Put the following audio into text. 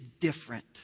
different